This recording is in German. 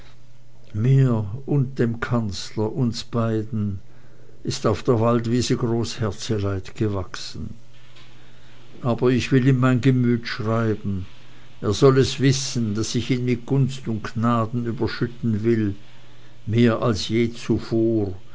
und dem kanzler uns beiden ist auf der waldwiese groß herzeleid gewachsen aber ich will ihm mein gemüt schreiben er soll es wissen daß ich ihn mit gunst und gnaden überschütten will mehr als je zuvor